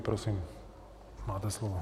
Prosím, máte slovo.